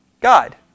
God